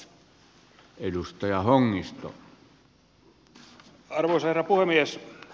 arvoisa herra puhemies